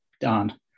done